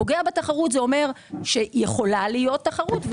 פירוש הדבר שיכולה להית תחרות,